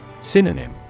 Synonym